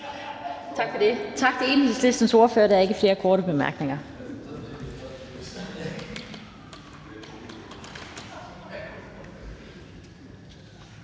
Lind): Tak til Enhedslistens ordfører. Der er ikke flere korte bemærkninger.